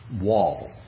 wall